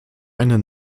eine